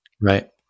Right